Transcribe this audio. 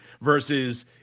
Versus